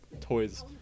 toys